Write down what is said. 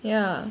ya